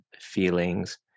feelings